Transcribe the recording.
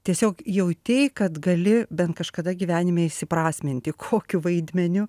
tiesiog jautei kad gali bent kažkada gyvenime įsiprasminti kokiu vaidmeniu